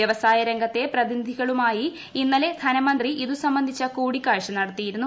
വൃവസായ രംഗത്തെ പ്രതിനിധികളുമായി ഇന്നലെ ധനമന്ത്രി ഇത് സംബന്ധിച്ച കൂടിക്കാഴ്ച നടത്തിയിരുന്നു